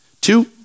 Two